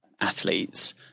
athletes